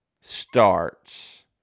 starts